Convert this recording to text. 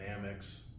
dynamics